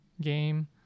game